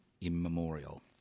immemorial